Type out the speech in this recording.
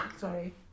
Sorry